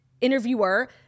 interviewer